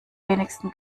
wenigsten